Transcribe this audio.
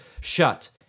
shut